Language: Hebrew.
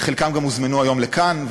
חלקם גם הוזמנו היום לכאן,